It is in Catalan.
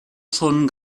són